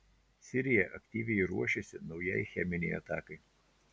sirija aktyviai ruošėsi naujai cheminei atakai